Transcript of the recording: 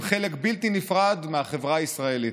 הם חלק בלתי נפרד מהחברה הישראלית,